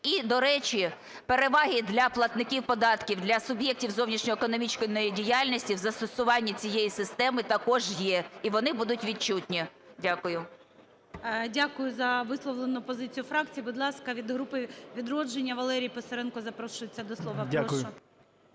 І до речі, переваги для платників податків, для суб'єктів зовнішньої економічної діяльності в застосуванні цієї системи також є. І вони будуть відчутні. Дякую. ГОЛОВУЮЧИЙ. Дякую за висловлену позицію фракції. Будь ласка, від групи "Відродження" Валерій Писаренко запрошується до слова. Прошу.